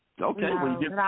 Okay